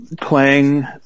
playing